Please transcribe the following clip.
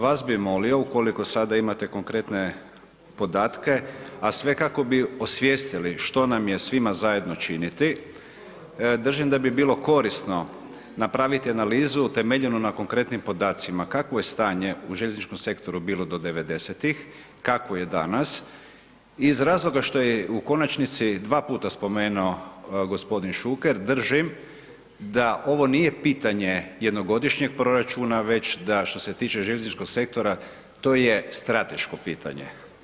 Vas bi molio ukoliko sada imate konkretne podatke, a sve kako bi osvijestili što nam je svima zajedno činiti, držim da bi bilo korisno napraviti analizu utemeljenu na konkretnim podacima, kakvo je stanje u željezničkom sektoru bilo do 90.-tih, kakvo je danas iz razloga što je u konačnici dva puta spomenuo g. Šuker držim da ovo nije pitanje jednogodišnjeg proračuna, već da, što se tiče željezničkog sektora, to je strateško pitanje.